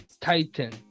titan